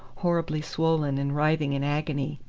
horribly swollen and writhing in agony.